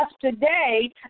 today